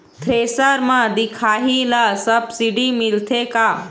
Thresher म दिखाही ला सब्सिडी मिलथे का?